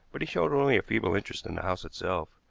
but he showed only a feeble interest in the house itself.